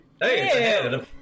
Hey